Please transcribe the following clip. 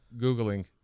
Googling